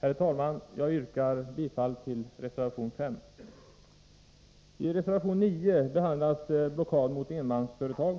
Herr talman! Jag yrkar bifall till reservation 5. I reservation 9 behandlas blockad mot enmansföretag.